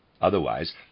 Otherwise